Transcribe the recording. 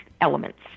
elements